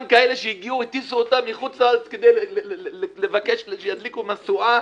גם כאלה שהטיסו אותם מחוץ לארץ כדי לבקש שידליקו משואה